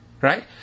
Right